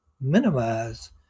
minimize